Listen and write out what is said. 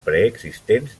preexistents